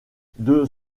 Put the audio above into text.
deux